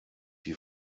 die